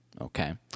Okay